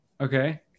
Okay